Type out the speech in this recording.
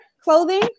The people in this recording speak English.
Clothing